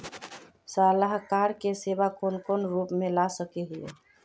सलाहकार के सेवा कौन कौन रूप में ला सके हिये?